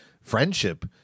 friendship